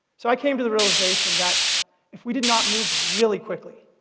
so i came to the realisation that if we did not move really quickly,